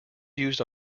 used